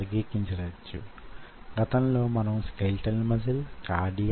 మీరందరూ దాని కోసమై నడుం కట్టాలి